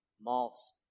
Moths